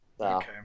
Okay